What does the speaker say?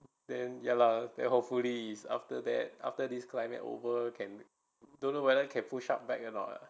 then ya lah that hopefully is after that after this climate over can don't know whether can push up back or not